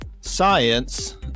science